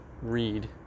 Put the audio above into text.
read